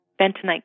bentonite